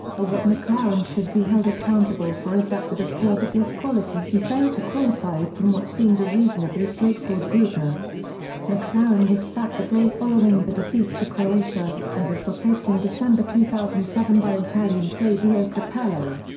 ah what mcclaren should be held accountable for is that with a squad of this quality he failed to qualify from what seemed a reasonably straightforward group. ah mcclaren was sacked the day following the defeat to croatia, and was replaced in december two thousand and seven by italian fabio capello.